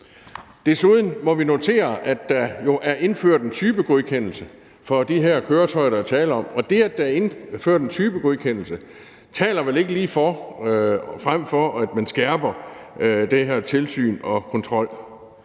Desuden må vi notere, at der jo er indført en typegodkendelse for de her køretøjer, der er tale om, og det, at der er indført en typegodkendelse, taler vel ikke ligefrem for, at man skærper det her tilsyn og den